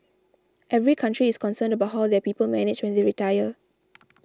every country is concerned about how their people manage when they retire